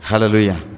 Hallelujah